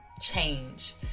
change